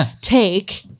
take